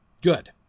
Good